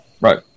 right